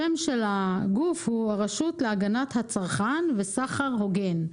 השם של הגוף הוא הרשות להגנת הצרכן וסחר הוגן.